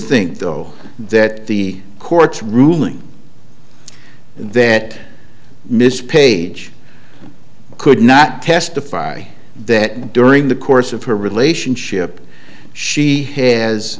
think though that the court's ruling that miss page could not testify that during the course of her relationship she has